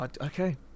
Okay